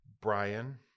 Brian